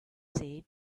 said